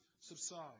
subside